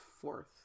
fourth